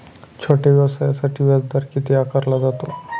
छोट्या व्यवसायासाठी व्याजदर किती आकारला जातो?